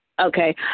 Okay